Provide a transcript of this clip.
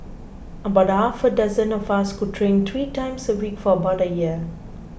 about half a dozen of us would train three times a week for about a year